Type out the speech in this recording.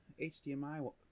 hdmi